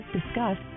discuss